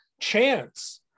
chance